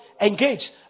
engaged